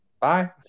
bye